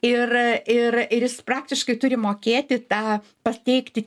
ir ir ir jis praktiškai turi mokėti tą pateikti